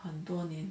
很多年